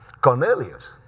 Cornelius